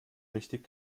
richtig